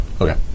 Okay